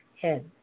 head